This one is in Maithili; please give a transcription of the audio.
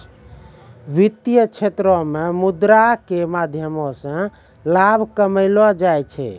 वित्तीय क्षेत्रो मे मुद्रा के माध्यमो से लाभ कमैलो जाय छै